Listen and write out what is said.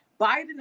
Biden